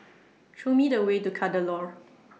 Show Me The Way to Kadaloor